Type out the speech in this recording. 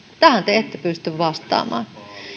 tähän te ette pysty vastaamaan